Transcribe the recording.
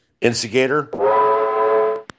Instigator